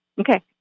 Okay